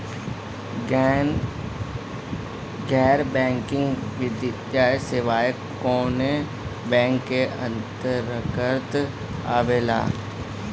गैर बैंकिंग वित्तीय सेवाएं कोने बैंक के अन्तरगत आवेअला?